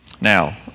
Now